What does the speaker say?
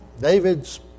David's